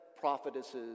prophetesses